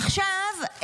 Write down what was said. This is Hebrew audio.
עכשיו,